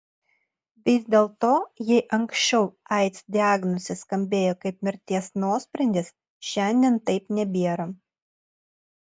vis dėlto jei anksčiau aids diagnozė skambėjo kaip mirties nuosprendis šiandien taip nebėra